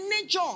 nature